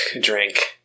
drink